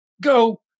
go